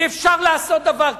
אי-אפשר לעשות דבר כזה.